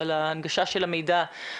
על הנגשת המידע,